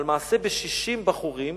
על מעשה ב-60 בחורים